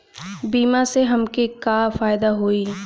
बीमा से हमके का फायदा होई?